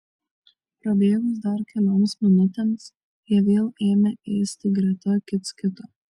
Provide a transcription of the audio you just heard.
prabėgus dar kelioms minutėms jie vėl ėmė ėsti greta kits kito